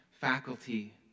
faculty